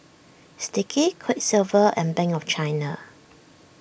Sticky Quiksilver and Bank of China